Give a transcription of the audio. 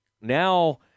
now